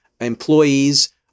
Employees